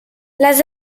les